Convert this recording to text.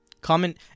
Comment